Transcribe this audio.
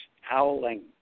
howling